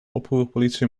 oproerpolitie